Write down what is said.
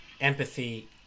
empathy